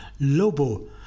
Lobo